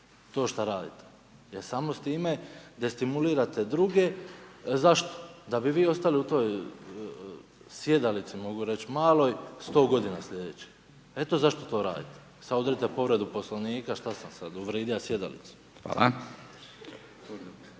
to što raditi jer samo s time destimulirate druge. Zašto? Da bi vi ostali u toj sjedalici mogu reći maloj 100 godina sljedećih, eto zašto to radite. Sada … /ne razumije se/ … povredu Poslovnika. Što sam sada? Uvrijedio sjedalicu.